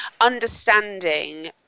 understanding